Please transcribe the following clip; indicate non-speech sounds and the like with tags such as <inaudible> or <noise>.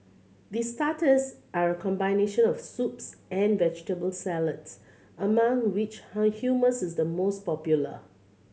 the starters are a combination of soups and vegetable salads among which <unintelligible> humours is the most popular